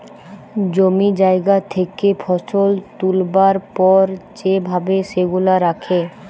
জমি জায়গা থেকে ফসল তুলবার পর যে ভাবে সেগুলা রাখে